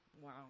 wow